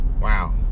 Wow